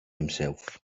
himself